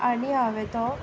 आनी हांवें तो